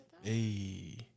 Hey